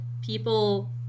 people